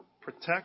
protect